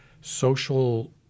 social